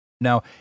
Now